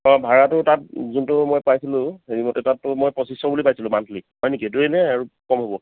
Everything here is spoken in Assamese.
অঁ ভাড়াটো তাত যোনটো মই পাইছিলোঁ হেৰি মতে তাতটো মই পঁচিছশ বুলি পাইছিলোঁ মান্থলী হয় নেকি এইটোৱেই নে আৰু কম হ'ব